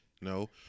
no